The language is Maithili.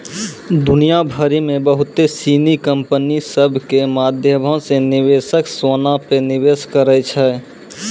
दुनिया भरि मे बहुते सिनी कंपनी सभ के माध्यमो से निवेशक सोना पे निवेश करै छै